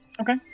okay